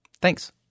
Thanks